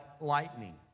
lightning